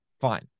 fine